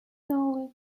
know